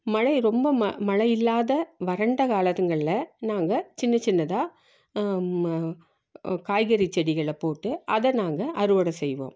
மழை ரொம்ப மழை இல்லாத வறண்ட காலங்களில் நாங்கள் சின்ன சின்னதாக காய்கறி செடிகளை போட்டு அதை நாங்கள் அறுவடை செய்வோம்